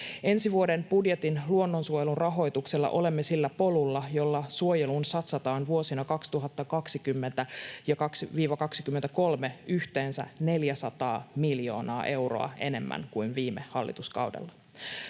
Ensi vuoden budjetin luonnonsuojelurahoituksella olemme sillä polulla, jolla suojeluun satsataan vuosina 2020—23 yhteensä 400 miljoonaa euroa enemmän kuin viime hallituskaudella.